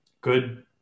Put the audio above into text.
good